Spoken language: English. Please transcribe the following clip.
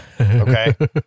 Okay